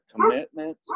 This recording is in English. commitment